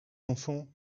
enfants